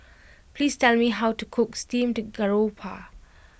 please tell me how to cook steamed Garoupa